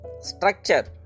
structure